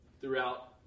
throughout